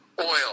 oil